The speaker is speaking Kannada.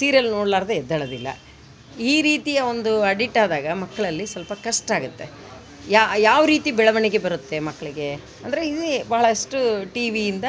ಸೀರಿಯಲ್ ನೋಡಲಾರ್ದೆ ಎದ್ದೇಳೋದಿಲ್ಲ ಈ ರೀತಿಯ ಒಂದು ಅಡಿಟ್ ಆದಾಗ ಮಕ್ಳಲ್ಲಿ ಸ್ವಲ್ಪ ಕಷ್ಟ ಆಗುತ್ತೆ ಯಾವ ರೀತಿ ಬೆಳವಣಿಗೆ ಬರುತ್ತೆ ಮಕ್ಳಿಗೆ ಅಂದರೆ ಇದೇ ಬಹಳಷ್ಟು ಟಿವಿಯಿಂದ